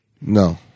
No